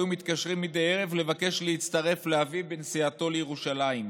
היו מתקשרים מדי ערב לבקש להצטרף לאבי בנסיעתו לירושלים.